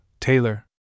Taylor